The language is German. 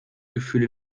gefühle